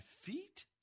feet